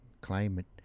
climate